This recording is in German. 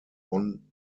bonn